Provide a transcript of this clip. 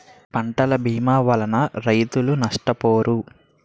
పంటల భీమా వలన రైతులు నష్టపోరు